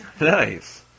Nice